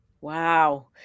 Wow